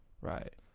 Right